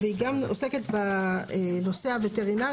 והיא גם עוסקת בנושא הווטרינרי,